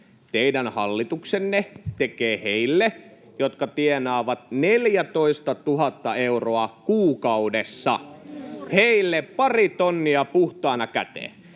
teidän hallituksenne tekee heille, jotka tienaavat 14 000 euroa kuukaudessa. Heille pari tonnia puhtaana käteen.